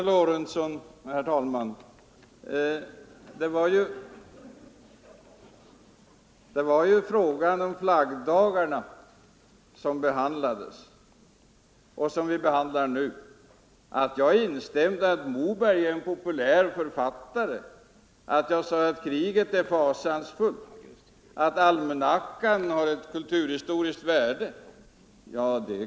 Herr talman! Det är ju frågan om flaggdagarna som vi behandlar nu, herr Lorentzon. Vad jag instämde i var att Moberg är en populär författare, att krig är fasansfullt och att almanackan har ett kulturhistoriskt värde.